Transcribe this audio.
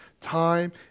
time